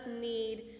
need